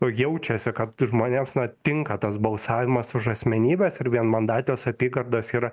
jaučiasi kad žmonėms na tinka tas balsavimas už asmenybes ir vienmandates apygardas yra